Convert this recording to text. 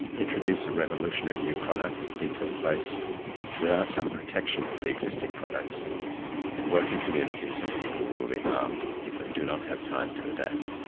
introduce a revolutionary new product into a place without some protection for the existing products and working communities and people will be harmed, if they do not have time to adapt.